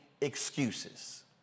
excuses